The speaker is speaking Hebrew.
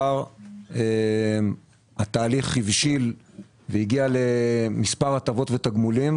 התהליך הבשיל והגיע למספר הטבות ותגמולים